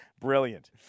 Brilliant